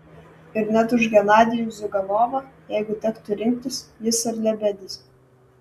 ir net už genadijų ziuganovą jeigu tektų rinktis jis ar lebedis